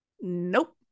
nope